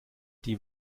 die